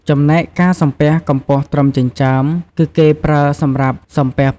ចំណែកការសំពះកម្ពស់ត្រឹមចិញ្ចើម គឺគេប្រើសម្រាប់សំពះព្រះសង្ឃ ព្រះមហាក្សត្រ ឬវត្ថុស័ក្តិសិទ្ធិ។